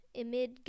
amid